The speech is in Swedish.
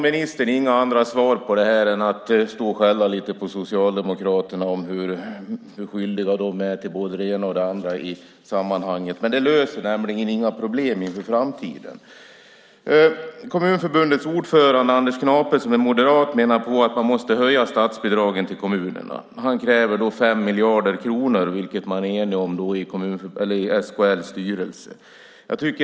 Ministern har inga andra svar än att skälla om att Socialdemokraterna är skyldiga till både det ena och det andra i sammanhanget. Men det löser inga problem för framtiden. Kommunförbundets ordförande Anders Knape som är moderat menar att man måste höja statsbidragen till kommunerna. Han kräver 5 miljarder kronor, vilket man är enig om i SKL:s styrelse.